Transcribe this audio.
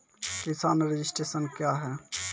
किसान रजिस्ट्रेशन क्या हैं?